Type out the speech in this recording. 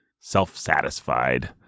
self-satisfied